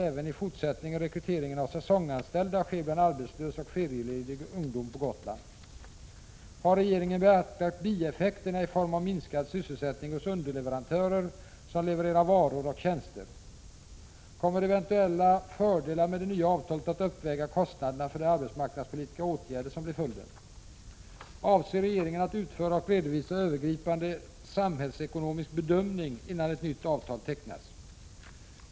Har regeringen beaktat bieffekterna i form av minskad sysselsättning hos underleverantörer som levererar varor och tjänster? Kommer eventuella fördelar med det nya avtalet att uppväga kostnaderna för de arbetsmarknadspolitiska åtgärder som blir följden? Avser regeringen att utföra och redovisa en övergripande samhällsekonomisk bedömning, innan ett nytt avtal tecknas?